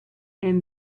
and